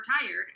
retired